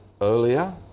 earlier